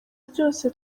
byose